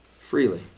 Freely